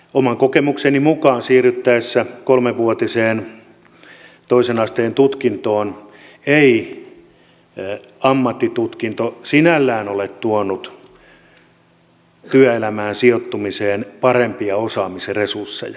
oman kokemukseni mukaan siirryttäessä kolmevuotiseen toisen asteen tutkintoon ei ammattitutkinto sinällään ole tuonut työelämään sijoittumiseen parempia osaamisresursseja